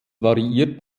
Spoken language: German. variiert